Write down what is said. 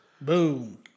Boom